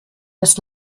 das